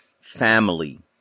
family